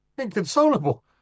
inconsolable